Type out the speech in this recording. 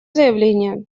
заявление